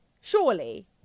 surely